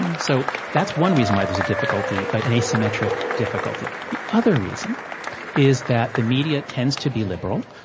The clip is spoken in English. so that's one reason why there's a difficulty, an asymmetric difficulty the other reason is that the media tends to be liberal,